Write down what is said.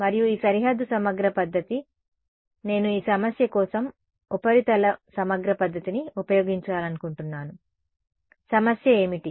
మరియు ఈ సరిహద్దు సమగ్ర పద్ధతి నేను ఈ సమస్య కోసం ఉపరితల సమగ్ర పద్ధతిని ఉపయోగించాలనుకుంటున్నాను సమస్య ఏమిటి